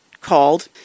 called